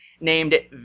named